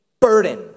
burden